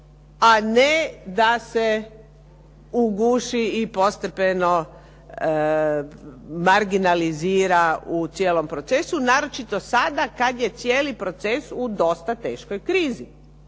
a ne da se uguši i postepeno marginalizira u cijelom procesu, naročito sada kad je cijeli proces u dosta teškoj krizi.